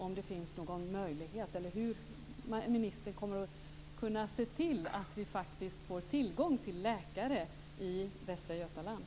Därför är min fråga hur ministern kommer att kunna se till att vi faktiskt får tillgång till läkare i Västra Götaland.